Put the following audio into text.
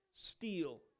steal